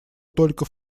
только